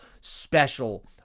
special